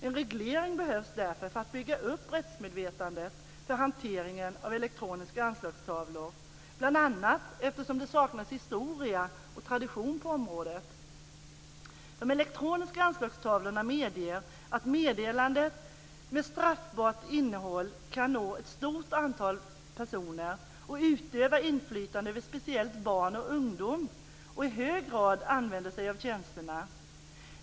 En reglering behövs därför för att bygga upp rättsmedvetandet för hanteringen av elektroniska anslagstavlor, bl.a. eftersom det saknas historia och tradition på området. De elektroniska anslagstavlorna medger att meddelanden med straffbart innehåll kan nå ett stort antal personer och utöva inflytande över speciellt barn och ungdom, vilka i hög grad använder sig av tjänsterna.